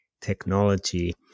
technology